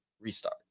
restart